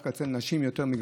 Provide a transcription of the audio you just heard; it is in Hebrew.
דווקא אצל נשים יותר מגברים,